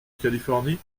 californie